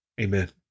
Amen